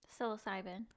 Psilocybin